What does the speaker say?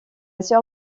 sœur